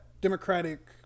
Democratic